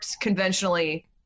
conventionally